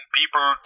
people